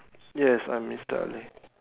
yes I'm mister Ali